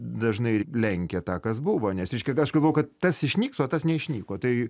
dažnai lenkė tą kas buvo nes reiškia aš galvojau kad tas išnyks o tas neišnyko tai